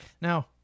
Now